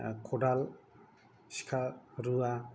खदाल सिखा रुवा